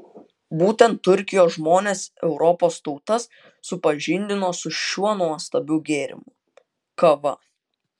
būtent turkijos žmonės europos tautas supažindino su šiuo nuostabiu gėrimu kava